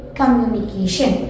communication